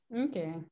okay